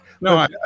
no